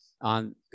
on